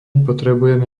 potrebujeme